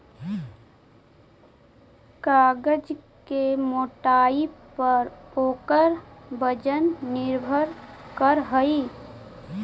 कागज के मोटाई पर ओकर वजन निर्भर करऽ हई